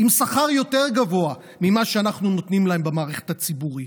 עם שכר יותר גבוה ממה שאנחנו נותנים להם במערכת הציבורית.